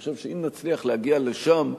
אני חושב שאם נצליח להגיע לשם,